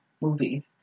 movies